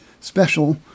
special